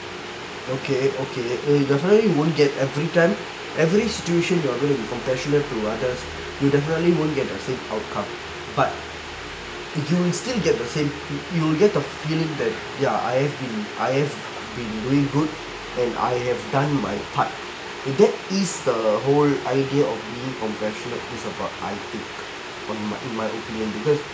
okay okay it definitely you won't get every time every situation you are going to be compassionate to others you definitely won't get the same outcome but you will still get the same you you will get the feeling that ya I have been I have been doing good and I have done my part you get ease the whole idea of being compassionate is about my my opinion because